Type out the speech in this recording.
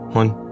one